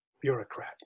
bureaucrat